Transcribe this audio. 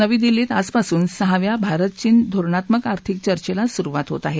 नवी दिल्लीत आजापसून सहाव्या भारत चीन धोरणात्मक आर्थिक चर्चेला सुरुवात होत आहे